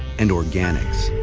and organics.